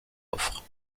offre